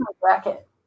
bracket